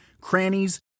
crannies